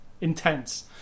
intense